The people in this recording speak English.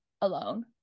alone